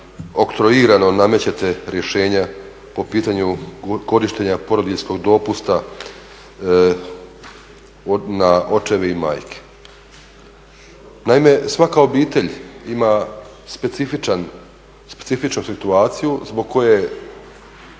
oktroirano namećete rješenja po pitanju korištenja porodiljskog dopusta na očeve i majke. Naime, svaka obitelj ima specifičnu situaciju zbog koje